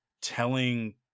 telling